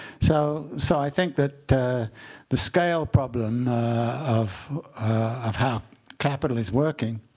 so so i think that the scale problem of of how capital is working